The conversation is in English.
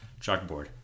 chalkboard